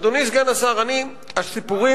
אדוני סגן השר, הסיפורים,